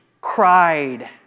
cried